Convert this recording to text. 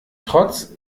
trotz